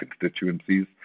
constituencies